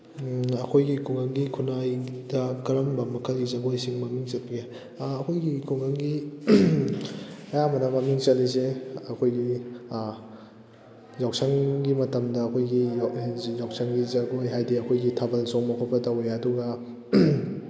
ꯑꯩꯈꯣꯏꯒꯤ ꯈꯨꯡꯒꯪꯒꯤ ꯈꯨꯟꯅꯥꯏꯗ ꯀꯔꯝꯕ ꯃꯈꯜꯒꯤ ꯖꯒꯣꯏꯁꯤꯡ ꯃꯃꯤꯡ ꯆꯠꯄꯒꯦ ꯑꯩꯈꯣꯏꯒꯤ ꯈꯨꯡꯒꯪꯒꯤ ꯑꯌꯥꯝꯕꯅ ꯃꯃꯤꯡ ꯆꯠꯂꯤꯁꯦ ꯑꯩꯈꯣꯏꯒꯤ ꯌꯥꯎꯁꯪꯒꯤ ꯃꯇꯝꯗ ꯑꯩꯈꯣꯏꯒꯤ ꯌꯥꯎꯁꯪꯒꯤ ꯖꯒꯣꯏ ꯍꯥꯏꯗꯤ ꯑꯩꯈꯣꯏꯒꯤ ꯊꯥꯕꯜ ꯆꯣꯡꯕ ꯈꯣꯠꯄ ꯇꯧꯔꯦ ꯑꯗꯨꯒ